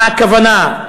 מה הכוונה?